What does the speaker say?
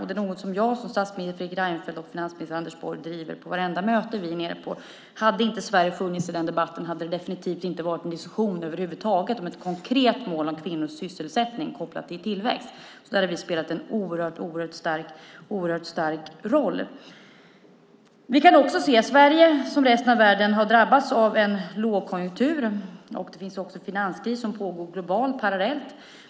Det är något som jag såväl som statsminister Fredrik Reinfeldt och finansminister Anders Borg driver på på vartenda möte vi är med på. Hade inte Sverige funnits i den debatten hade det definitivt inte varit någon diskussion över huvud taget om ett konkret mål för kvinnors sysselsättning kopplat till tillväxt. Där har vi spelat en oerhört stark roll. Vi kan också se att Sverige liksom resten av världen har drabbats av en lågkonjunktur. Det pågår även en finanskris globalt och parallellt.